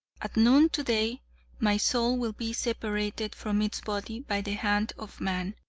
at noon today my soul will be separated from its body by the hand of man,